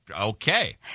okay